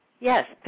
Yes